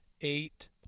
eight